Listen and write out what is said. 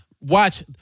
Watch